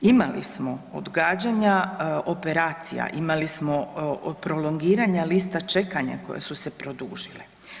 Imali smo odgađanja operacija imali smo od prolongiranja lista čekanja koje su se produžile.